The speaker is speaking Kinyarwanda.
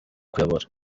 kuyobora